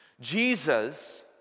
Jesus